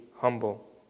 humble